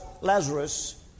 Lazarus